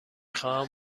خواهم